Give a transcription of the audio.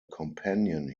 companion